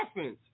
offense